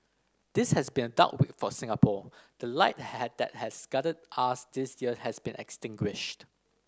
this has been a dark week for Singapore the light has that has guided us these years has been extinguished